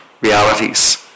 realities